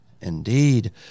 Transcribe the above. Indeed